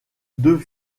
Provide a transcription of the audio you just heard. deux